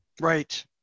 right